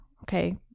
okay